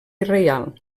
reial